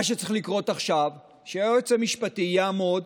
מה שצריך לקרות עכשיו הוא שהיועץ המשפטי יעמוד